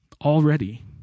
Already